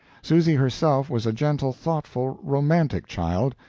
susy herself was a gentle, thoughtful, romantic child.